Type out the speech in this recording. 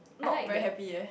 not very happy eh